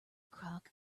cock